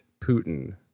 Putin